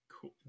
Cool